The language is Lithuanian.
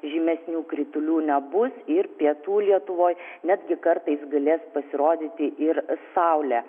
žymesnių kritulių nebus ir pietų lietuvoj netgi kartais galės pasirodyti ir saulė